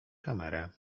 kamerę